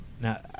Now